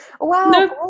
Wow